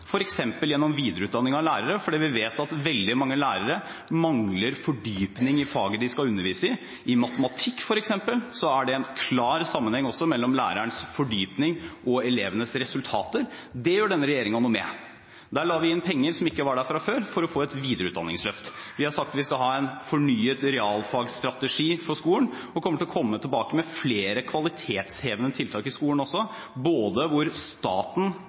gjennom videreutdanning av lærere – fordi vi vet at veldig mange lærere mangler fordypning i faget de skal undervise i. I f.eks. matematikk er det en klar sammenheng mellom lærerens fordypning og elevenes resultater. Det gjør denne regjeringen noe med. Vi la inn penger som ikke var der fra før, for å få et videreutdanningsløft. Vi har sagt vi skal ha en fornyet realfagsstrategi for skolen og kommer tilbake med flere kvalitetshevende tiltak i skolen – hvor staten